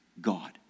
God